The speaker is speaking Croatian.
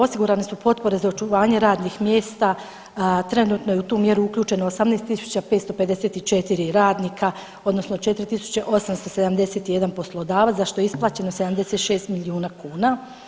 Osigurane su potpore za očuvanje radnih mjesta, trenutno je u tu mjeru uključeno 18.554 radnika odnosno 4.871 poslodavac za što je isplaćeno 76 milijuna kuna.